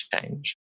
change